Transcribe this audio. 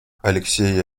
алексей